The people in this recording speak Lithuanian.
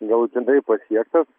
galutinai pasiektas